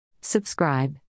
Subscribe